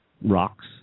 rocks